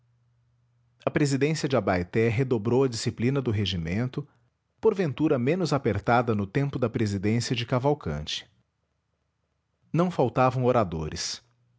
a presidência de abaeté redobrou a disciplina do regimento porventura menos apertada no tempo da presidência de cavalcanti não faltavam oradores